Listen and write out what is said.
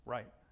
Right